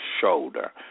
shoulder